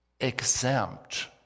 exempt